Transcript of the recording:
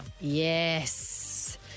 Yes